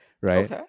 right